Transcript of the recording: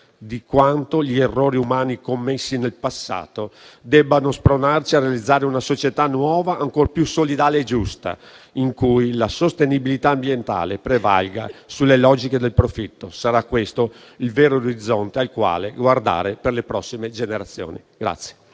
di quanto gli errori umani commessi nel passato debbano spronarci a realizzare una società nuova, ancor più solidale e giusta, in cui la sostenibilità ambientale prevalga sulle logiche del profitto. Sarà questo il vero orizzonte al quale guardare per le prossime generazioni.